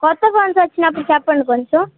కొత్త ఫోన్స్ వచ్చినప్పుడు చెప్పండి కొంచెం